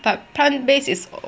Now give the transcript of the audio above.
but plant based is